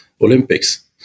Olympics